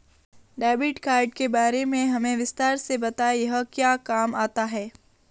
Debit card के बारे में हमें विस्तार से बताएं यह क्या काम आता है?